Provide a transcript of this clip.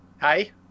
Hi